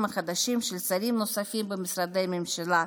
החדשים של שרים נוספים במשרדי הממשלה,